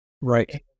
Right